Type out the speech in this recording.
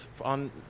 on